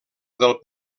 del